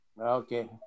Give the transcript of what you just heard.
Okay